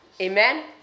Amen